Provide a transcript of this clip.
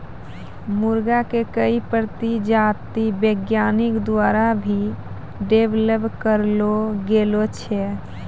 मुर्गा के कई प्रजाति वैज्ञानिक द्वारा भी डेवलप करलो गेलो छै